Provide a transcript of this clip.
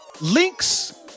Links